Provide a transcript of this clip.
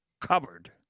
covered